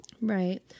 right